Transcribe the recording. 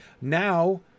Now